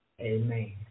Amen